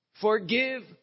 forgive